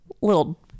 little